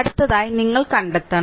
അടുത്തതായി നിങ്ങൾ കണ്ടെത്തണം